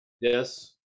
Yes